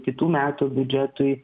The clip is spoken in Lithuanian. kitų metų biudžetui